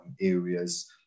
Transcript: areas